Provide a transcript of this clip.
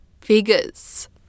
figures